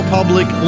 Public